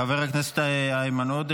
חבר הכנסת איימן עודה.